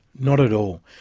not at all.